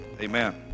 Amen